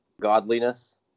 godliness